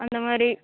அந்த மாதிரி